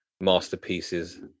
masterpieces